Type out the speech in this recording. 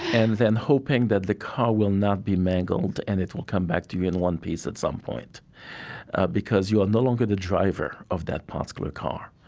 and then hoping that the car will not be mangled and it will come back to you in one piece at some point because you are no longer the driver of that particle car.